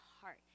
heart